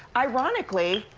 ironically,